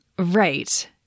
Right